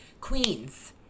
Queens